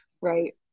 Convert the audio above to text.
right